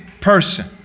person